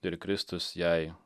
ir kristus jai